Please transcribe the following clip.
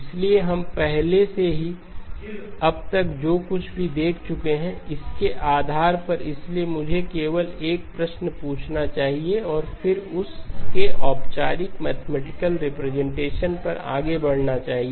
इसलिए हम पहले से ही अब तक जो कुछ भी देख चुके हैं उसके आधार पर इसलिए मुझे केवल एक प्रश्न पूछना चाहिए और फिर उस के औपचारिक मैथमेटिकल रिप्रेजेंटेशन पर आगे बढ़ना चाहिए